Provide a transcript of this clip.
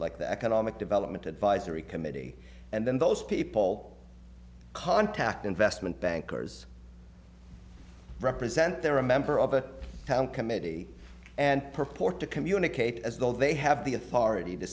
like the economic development advisory committee and then those people contact investment bankers represent they're a member of a committee and purport to communicate as though they have the authority to